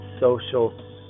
social